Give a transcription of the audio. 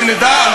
שנדע,